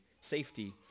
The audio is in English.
safety